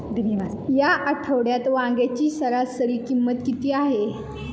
या आठवड्यात वांग्याची सरासरी किंमत किती आहे?